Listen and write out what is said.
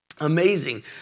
amazing